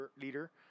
leader